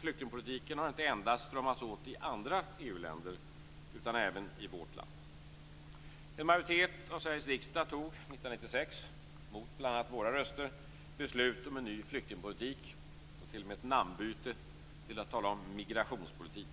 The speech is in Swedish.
flyktingpolitiken har stramats åt inte endast i andra EU-länder utan även i vårt land. En majoritet av Sveriges riksdag tog 1996, mot bl.a. våra röster, beslut om en ny flyktingpolitik, och t.o.m. om ett namnbyte, till att tala om migrationspolitik.